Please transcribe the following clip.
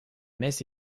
messe